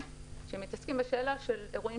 בחקיקה שמתעסקים בשאלה של אירועים